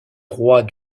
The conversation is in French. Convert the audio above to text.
rois